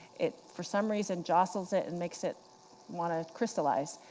it for some reason jostles it and makes it want to crystallize.